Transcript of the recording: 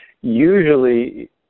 Usually